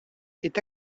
est